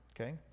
Okay